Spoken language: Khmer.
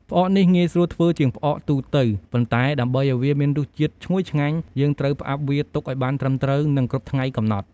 ផ្អកនេះងាយស្រួលធ្វើជាងផ្អកទូទៅ ប៉ុន្តែ ដើម្បីឱ្យវាមានរសជាតិឈ្ងុយឆ្ងាញ់ យើងត្រូវផ្អាប់វាទុកឱ្យបានត្រឹមត្រូវ និងគ្រប់ថ្ងៃកំណត់។